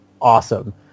awesome